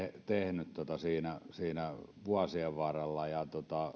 tehnyt siinä siinä vuosien varrella ja